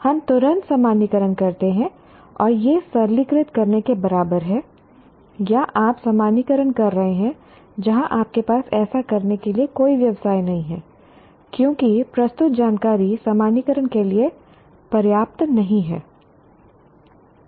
हम तुरंत सामान्यीकरण करते हैं और यह सरलीकृत करने के बराबर है या आप सामान्यीकरण कर रहे हैं जहां आपके पास ऐसा करने के लिए कोई व्यवसाय नहीं है क्योंकि प्रस्तुत जानकारी सामान्यीकरण के लिए पर्याप्त नहीं है